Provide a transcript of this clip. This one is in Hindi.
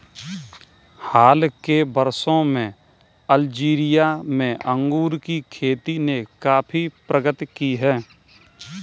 हाल के वर्षों में अल्जीरिया में अंगूर की खेती ने काफी प्रगति की है